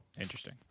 Interesting